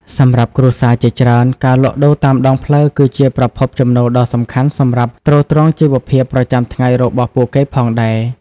សម្រាប់គ្រួសារជាច្រើន ការលក់ដូរតាមដងផ្លូវគឺជាប្រភពចំណូលដ៏សំខាន់សម្រាប់ទ្រទ្រង់ជីវភាពប្រចាំថ្ងៃរបស់ពួកគេផងដែរ ។